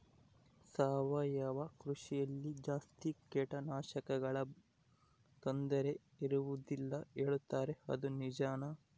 ಸಾವಯವ ಕೃಷಿಯಲ್ಲಿ ಜಾಸ್ತಿ ಕೇಟನಾಶಕಗಳ ತೊಂದರೆ ಇರುವದಿಲ್ಲ ಹೇಳುತ್ತಾರೆ ಅದು ನಿಜಾನಾ?